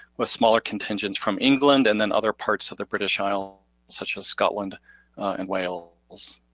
with smaller contingents from england and then other parts of the british isles, such as scotland and wales.